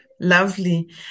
Lovely